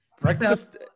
Breakfast